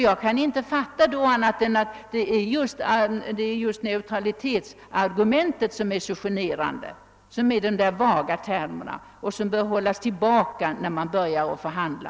Jag kan inte förstå annat än att det är just neutralitetsargumentet som är generande och betecknas som »vaga termer» vilka borde hållas tillbaka när man börjar förhandla.